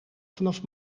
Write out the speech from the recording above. vanaf